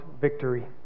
victory